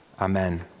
amen